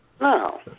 No